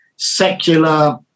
secular